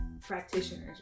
practitioners